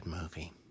movie